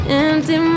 empty